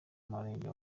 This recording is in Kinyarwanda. murenge